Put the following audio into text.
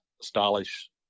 stylish